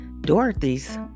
Dorothy's